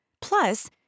Plus